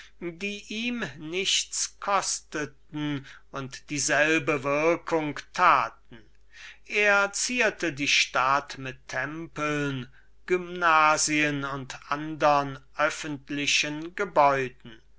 die ihn nichts kosteten und die nämliche würkung taten er zierte die stadt mit tempeln gymnasien und andern öffentlichen gebäuden